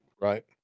Right